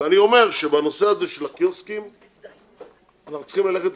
בנושא של הקיוסקים אנחנו צריכים ללכת לקראתם,